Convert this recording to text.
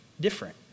different